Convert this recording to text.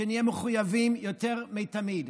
שנהיה מחויבים יותר מתמיד.